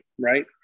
right